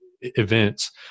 events